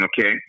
okay